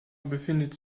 befindet